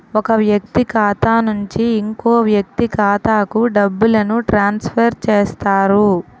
ఒక వ్యక్తి ఖాతా నుంచి ఇంకో వ్యక్తి ఖాతాకు డబ్బులను ట్రాన్స్ఫర్ చేస్తారు